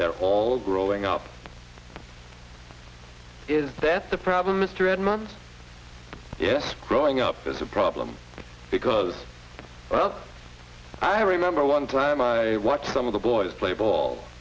they're all growing up is that the problem mr edmunds yes growing up is a problem because i remember one time i watched some of the boys play ball